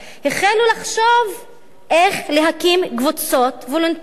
החלו לחשוב איך להקים קבוצות וולונטריות